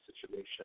situation